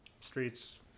streets